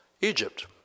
Egypt